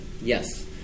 Yes